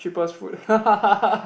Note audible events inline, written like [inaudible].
cheapest food [laughs]